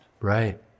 Right